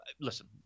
Listen